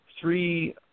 three